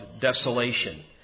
desolation